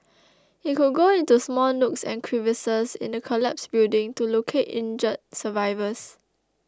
it could go into small nooks and crevices in a collapsed building to locate injured survivors